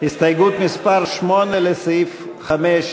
הסתייגות מס' 8 לסעיף 5,